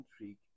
intrigue